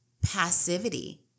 passivity